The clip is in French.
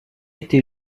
été